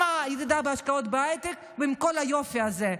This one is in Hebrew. עם הירידה בהשקעות בהייטק ועם כל היופי הזה.